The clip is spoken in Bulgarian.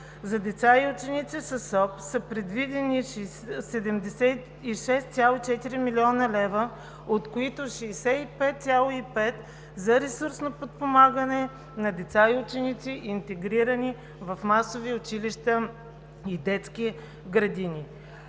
за деца и ученици със СОП са предвидени 76,4 млн. лв., от които 65,5 млн. лв. са за ресурсно подпомагане на деца и ученици, интегрирани в масови училища и детски градини.